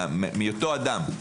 מהיותו אדם.